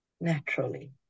naturally